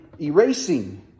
erasing